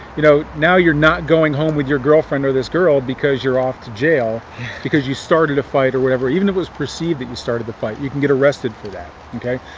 you know, now youire not going home with your girlfriend, or this girl, because youire off to jail because you started a fight or whatever. even if it was perceived that you started the fight, you can get arrested for that, okay?